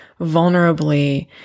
vulnerably